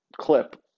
clip